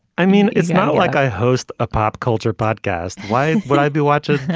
i mean it's not like i host a pop culture podcast why would i be watching